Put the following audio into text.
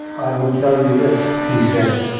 i will tell you this, he said,